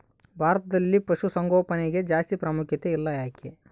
ಭಾರತದಲ್ಲಿ ಪಶುಸಾಂಗೋಪನೆಗೆ ಜಾಸ್ತಿ ಪ್ರಾಮುಖ್ಯತೆ ಇಲ್ಲ ಯಾಕೆ?